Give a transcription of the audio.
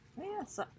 Yes